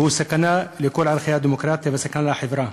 והוא סכנה לכל ערכי הדמוקרטיה וסכנה לחברה.